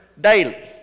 daily